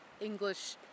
English